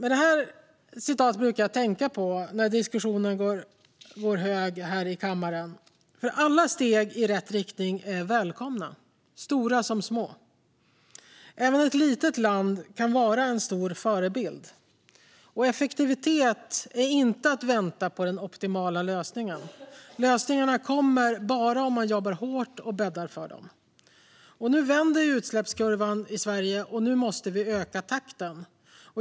Det brukar jag tänka på när diskussionen går varm här i kammaren, för alla steg i rätt riktning är välkomna - stora som små. Även ett litet land kan vara en stor förebild, och effektivitet är inte att vänta på den optimala lösningen. Lösningarna kommer bara om man jobbar hårt och bäddar för dem. Nu vänder utsläppskurvan i Sverige, och nu måste vi öka takten.